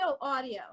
audio